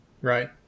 Right